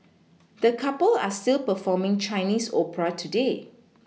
the couple are still performing Chinese opera today